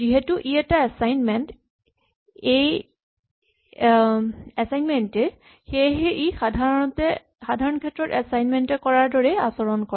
যিহেতু ই এটা এচাইনমেন্ট এই সেয়েহে ই সাধাৰণ ক্ষেত্ৰত এচাইমেন্ট এ কৰাৰ দৰেই আচৰণ কৰে